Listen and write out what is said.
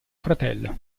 fratello